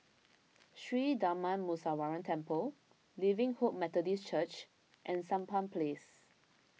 Sri Darma Muneeswaran Temple Living Hope Methodist Church and Sampan Place